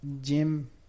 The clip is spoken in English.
gym